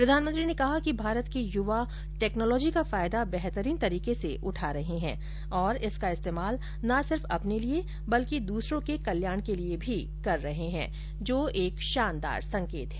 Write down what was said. प्रधानमंत्री ने कहा कि भारत के युवा टेक्नॉलोजी का फायदा बेहतरीन तरीके से उठा रहे हैं और इसका इस्तेमाल न सिर्फ अपने लिए बल्कि दूसरों के कल्याण के लिए भी कर रहे हैं जो एक शानदार संकेत है